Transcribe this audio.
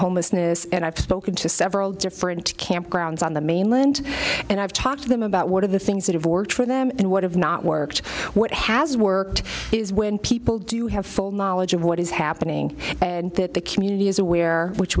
homelessness and i've spoken to several different campgrounds on the mainland and i've talked to them about what are the things that have worked for them and what have not worked what has worked is when people do have full knowledge of what is happening and that the community is aware which